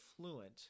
fluent